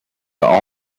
are